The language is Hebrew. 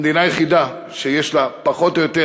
המדינה היחידה שיש לה פחות או יותר